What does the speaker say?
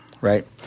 right